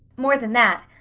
more than that,